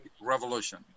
revolution